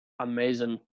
amazing